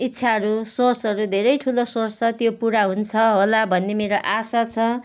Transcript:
इच्छाहरू सोचहरू धेरै ठुलो सोच छ त्यो पुरा हुन्छ होला भन्ने मेरो आशा छ